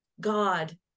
God